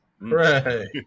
Right